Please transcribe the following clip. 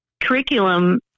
curriculum